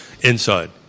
inside